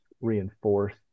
reinforce